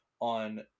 on